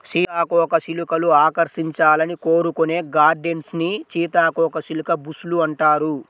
సీతాకోకచిలుకలు ఆకర్షించాలని కోరుకునే గార్డెన్స్ ని సీతాకోకచిలుక బుష్ లు అంటారు